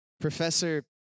Professor